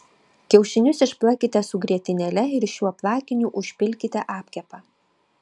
kiaušinius išplakite su grietinėle ir šiuo plakiniu užpilkite apkepą